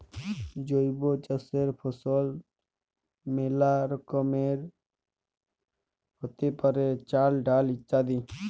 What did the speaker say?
জৈব চাসের ফসল মেলা রকমেরই হ্যতে পারে, চাল, ডাল ইত্যাদি